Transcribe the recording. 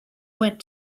went